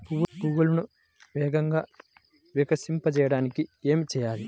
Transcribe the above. పువ్వులను వేగంగా వికసింపచేయటానికి ఏమి చేయాలి?